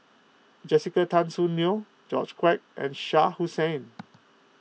Jessica Tan Soon Neo George Quek and Shah Hussain